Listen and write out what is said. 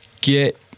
get